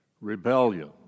rebellion